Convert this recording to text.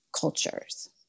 cultures